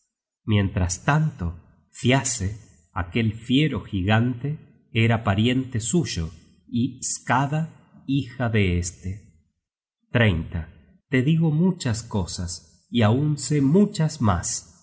mientras tanto tlúasse aquel fiero gigante era pariente suyo y skada hija de este content from google book search generated at te digo muchas cosas y aun sé muchas mas